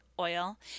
Oil